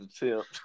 attempt